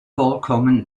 vorkommen